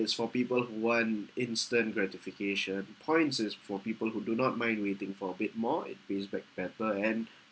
is for people who want instant gratification points is for people who do not mind waiting for a bit more it pays back better and